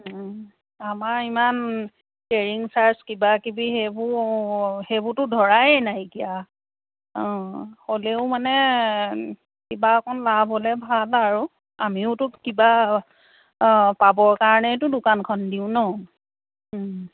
আমাৰ ইমান carrying charge কিবা কিবি সেইবোৰ সেইবোৰতো ধৰাই নাইকিয়া হ'লেও মানে কিবা অকণ লাভ হ'লে ভাল আৰু আমিওতো কিবা পাবৰ কাৰণেইতো দোকানখন দিওঁ ন